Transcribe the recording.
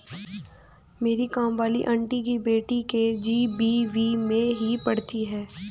मेरी काम वाली आंटी की बेटी के.जी.बी.वी में ही पढ़ती है